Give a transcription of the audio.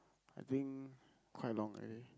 I think quite long already